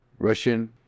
Russian